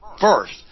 first